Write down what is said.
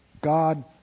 God